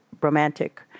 romantic